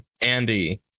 Andy